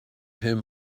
him